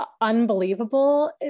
unbelievable